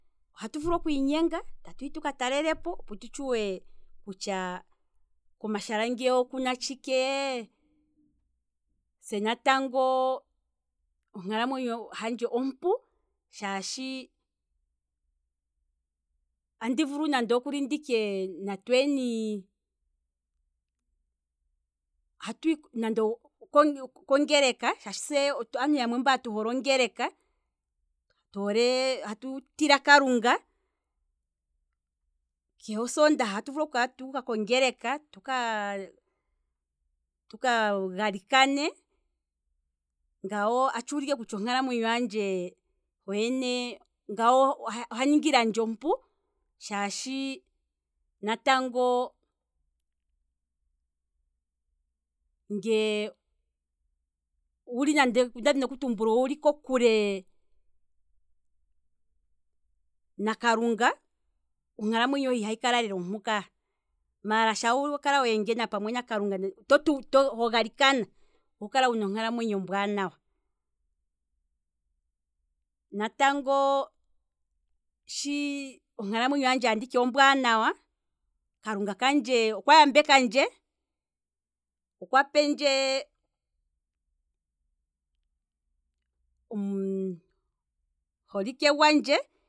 Atu vulu okwiinyenga tuka ta lelepo, opo tu tshuwe kutya komashala ngeya okuna tshikee, se natango onkalamwenyo handje ompu, shaashi andi vulu nditye nande okuli natweeni, atwi nande oko- okongeleka, shaashi se aantu yamwe mba tu hole ongeleka, toole hatu tila kalunga, keshe osoondaha atu vulu oku kala tuuka kongeleka tuka galikane, ngano atshuulike kutya onkalamwenyo handje hoyene ngawo oha ningilandje ompu, shaashi natango nge onda dhini okutumbula owuli ko kule nakalunga, onkalamweny hohe iha hikala lela ompu ka, maala sha wakala weengena pamwe nakalunga to ho galikana, oho kala wuna onkalamwenyo ombwaanawa, natango shi anditi onkalamwenyo handje ombwaanawa, kalunga kandje okwa yambekandje, okwa pendje omuholike gwandje